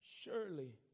Surely